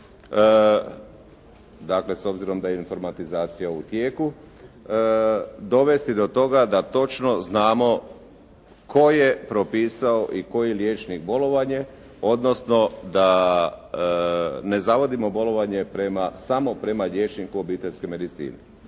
dakle s obzirom da je informatizacija u tijeku dovesti do toga da točno znamo tko je propisao i koji liječnik bolovanje odnosno da ne zavodimo bolovanje samo prema liječniku obiteljske medicine.